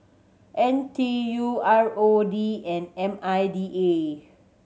N T U R O D and M I D A